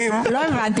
כלומניק.